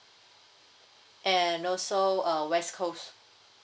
and also uh west coast